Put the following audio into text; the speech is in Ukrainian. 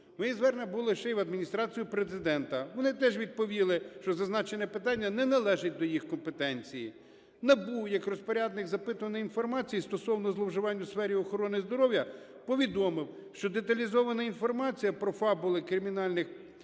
Моє звернення було ще і в Адміністрацію Президента. Вони теж відповіли, що зазначене питання не належить до їх компетенції. НАБУ як розпорядник запитуваної інформації стосовно зловживань у сфері охорони здоров'я повідомив, що деталізована інформація про фабули кримінальних